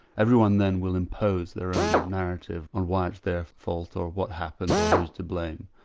everyone then will impose their own narrative on why it's their fault or what happened or who's to blame.